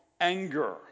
anger